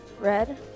Red